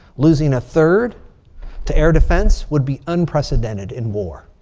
losing a third to air defense would be unprecedented in war.